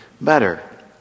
better